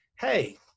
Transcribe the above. hey